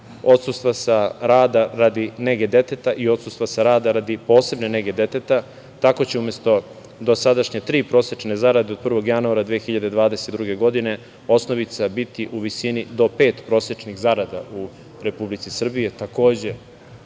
odsustva sa rada radi nege deteta i odsustva sa rada radi posebne nege deteta. Tako će umesto dosadašnje tri prosečne zarade od 1. januara 2022. godine osnovica biti u visini do pet prosečnih zarada u Republici Srbiji. To